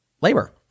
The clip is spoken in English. labor